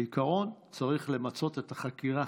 בעיקרון צריך למצות את החקירה.